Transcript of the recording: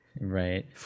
Right